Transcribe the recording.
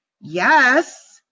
Yes